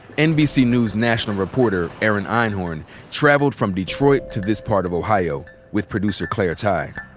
nbc news national reporter erin einhorn traveled from detroit to this part of ohio with producer claire tighe.